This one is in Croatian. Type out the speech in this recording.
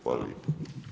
Hvala lijepo.